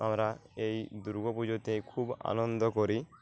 আমরা এই দুর্গা পুজোতে খুব আনন্দ করি